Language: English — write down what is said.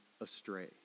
astray